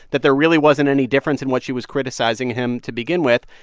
that there really wasn't any difference in what she was criticizing him to begin with.